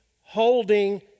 holding